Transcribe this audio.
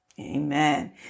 Amen